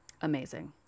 Amazing